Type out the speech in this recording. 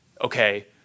okay